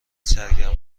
سرگرم